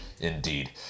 indeed